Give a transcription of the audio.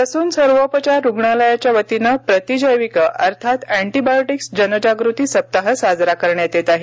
Sassoon सर्वोपचार रुग्णालयाच्या वतीने प्रतिजैविक अर्थात अँटिबायोटिक्स जनजागृती सप्ताह साजरा करण्यात येत आहे